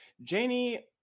Janie